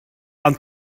ond